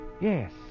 Yes